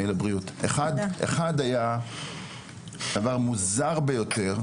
אחת היה דבר מוזר ביותר,